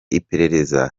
iperereza